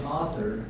author